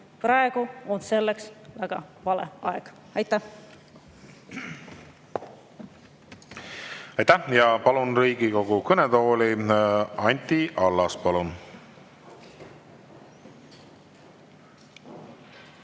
praegu on selleks väga vale aeg. Aitäh! Aitäh! Palun Riigikogu kõnetooli Anti Allase.